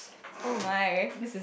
oh my